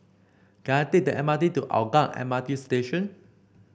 can I take the M R T to Hougang M R T Station